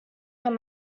from